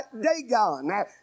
Dagon